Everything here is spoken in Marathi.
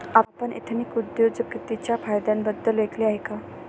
आपण एथनिक उद्योजकतेच्या फायद्यांबद्दल ऐकले आहे का?